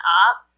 up